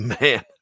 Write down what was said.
Man